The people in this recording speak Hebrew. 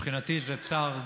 מבחינתי זה צער גדול,